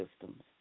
systems